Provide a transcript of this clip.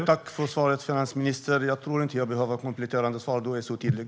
Herr talman! Tack, finansministern, för svaret! Jag behöver inget kompletterande svar. Du är så tydlig.